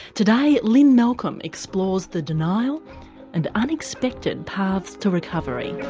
today, lynne malcolm explores the denial and unexpected paths to recovery.